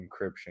encryption